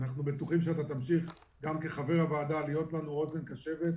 אנחנו בטוחים שאתה תמשיך גם כחבר הוועדה להיות לנו אוזן קשבת.